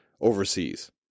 overseas